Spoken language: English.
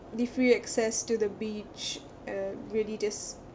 the free access to the beach uh really just